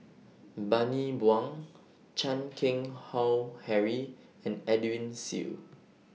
Bani Buang Chan Keng Howe Harry and Edwin Siew